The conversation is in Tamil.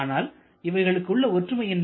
ஆனால் இவைகளுக்கு உள்ள ஒற்றுமை என்ன